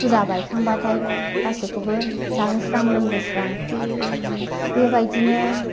फुजा बायखांब्लाथाय गासिबखौबो जाहोस्रां लोंहोस्रां बेबायदिनो